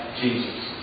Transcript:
Jesus